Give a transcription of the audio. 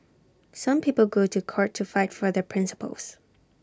some people go to court to fight for their principles